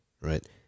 right